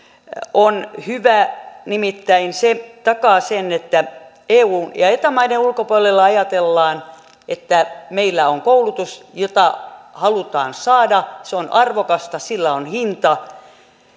on hyvä nimittäin se takaa sen että eu ja eta maiden ulkopuolella ajatellaan että meillä on koulutus jota halutaan saada se on arvokasta sillä on hinta